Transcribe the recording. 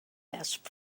best